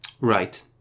Right